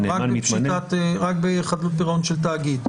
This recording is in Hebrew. רק בחדלות פירעון של תאגיד.